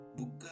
book